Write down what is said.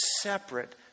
separate